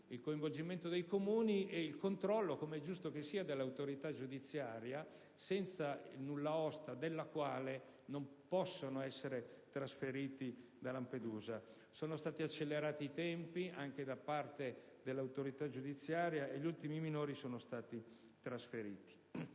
il coinvolgimento dei Comuni e il controllo, come è giusto che sia, dell'autorità giudiziaria, senza il nulla osta della quale non possono essere trasferiti da Lampedusa. Sono stati accelerati i tempi anche da parte dell'autorità giudiziaria, e gli ultimi minori sono stati trasferiti.